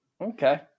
okay